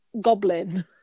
goblin